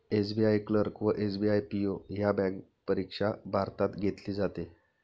SBI clerk व SBI PO ह्या bank परीक्षा भारतात घेतली जाते